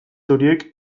horiek